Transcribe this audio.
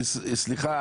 סליחה,